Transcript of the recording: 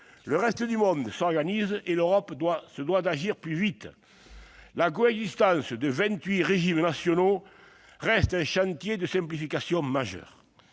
Le reste du monde s'organise, et l'Europe se doit d'agir plus vite. La coexistence de vingt-huit régimes nationaux reste un chantier de simplification majeur.